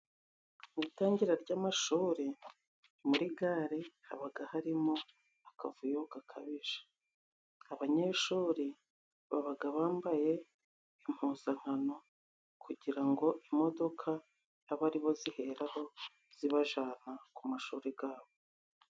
Itangira ry'amashuri muri gare habaga harimo akavuyo gakabije; abanyeshuri babaga bambaye impuzankano kugira ngo imodoka abe aribo ziheraho zibajana ku mashuri gabo.